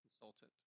consultant